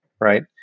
right